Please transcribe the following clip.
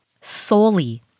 solely